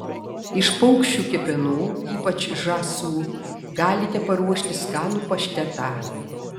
iš paukščių kepenų ypač žąsų galite paruošti skanų paštetą